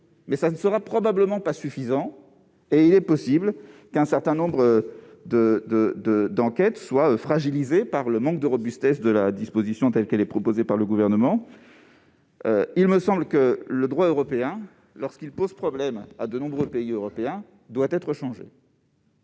mais ce ne sera probablement pas suffisant. Il est possible qu'un certain nombre d'enquêtes soient fragilisées par le manque de robustesse des dispositions telles qu'elles sont proposées par le Gouvernement. Il me semble que le droit européen, lorsqu'il pose problème à de nombreux États européens, doit être changé.